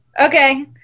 okay